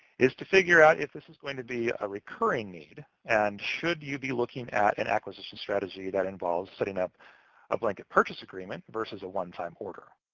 is to figure out if this is going to be a recurring need, and should you be looking at an acquisition strategy that involves setting up a blanket purchase agreement, versus a one-time order.